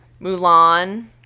Mulan